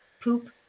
poop